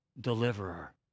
deliverer